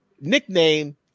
nickname